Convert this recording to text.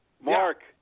Mark